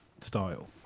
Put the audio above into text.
style